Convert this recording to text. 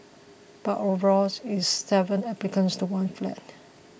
but overall it's seven applicants to one flat